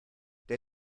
der